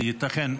ייתכן,